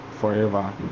forever